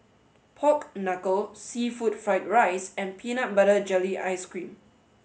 Pork Knuckle Seafood Fried Rice and Peanut Butter Jelly Ice Cream